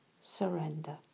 surrender